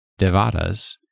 Devadas